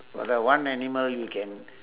for the one animal you can